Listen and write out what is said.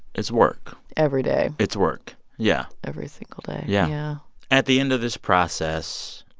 it's work every day it's work. yeah every single day. yeah at the end of this process,